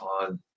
on